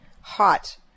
hot